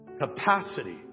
capacity